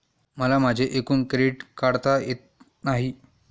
मला माझे एकूण क्रेडिट काढता येत नाही